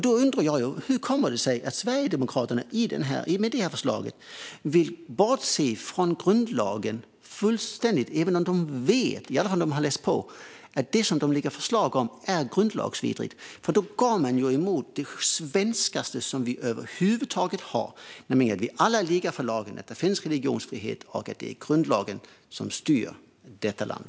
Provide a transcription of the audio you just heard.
Då undrar jag hur det kommer sig att Sverigedemokraterna i och med detta förslag fullständigt vill bortse från grundlagen även om de vet, i alla fall om de har läst på, att det som de lägger fram förslag om är grundlagsvidrigt eftersom de då går mot det svenskaste som vi över huvud taget har, nämligen att vi alla är lika inför lagen, att det finns religionsfrihet och att det är grundlagen som styr detta land.